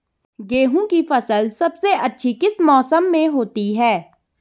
गेहूँ की फसल सबसे अच्छी किस मौसम में होती है